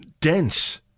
dense